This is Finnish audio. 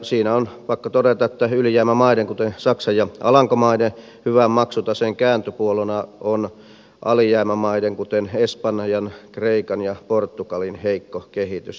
siinä on pakko todeta että ylijäämämaiden kuten saksan ja alankomaiden hyvän maksutaseen kääntöpuolena on alijäämämaiden kuten espanjan kreikan ja portugalin heikko kehitys